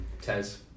Tez